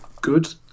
good